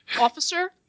officer